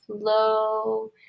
flow